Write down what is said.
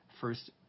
first